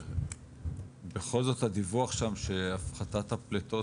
שבכל זאת הדיווח שם שהפחתת הפליטות,